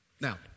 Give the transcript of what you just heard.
Now